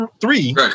three